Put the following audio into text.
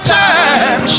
time